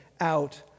out